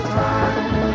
time